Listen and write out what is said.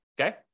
okay